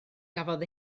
gafodd